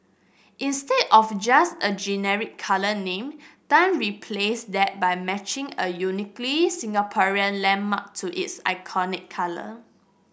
instead of just a generic colour name Tan replaced that by matching a uniquely Singaporean landmark to its iconic colour